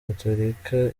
gatorika